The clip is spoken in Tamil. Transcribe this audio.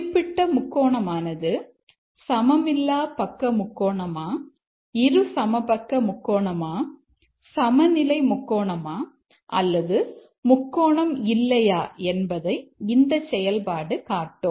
குறிப்பிட்ட முக்கோணமானது சமமில்லா பக்க முக்கோணமா இருசமபக்க முக்கோணமா சமநிலை முக்கோணமா அல்லது முக்கோணம் இல்லையா என்பதை இந்தச் செயல்பாடு காட்டும்